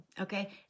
okay